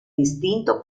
distinto